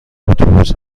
اتوبوس